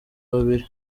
babiri